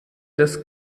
des